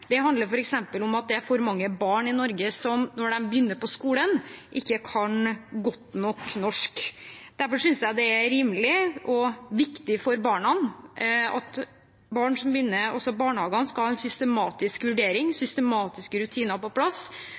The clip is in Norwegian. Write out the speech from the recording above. handler om at det er for mange barn i Norge som når de begynner på skolen, ikke kan norsk godt nok. Derfor synes jeg det er rimelig og viktig for barn at også barn som begynner i barnehagen, skal ha en systematisk vurdering, og at det skal være systematiske rutiner på plass